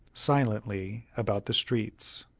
silently about the streets.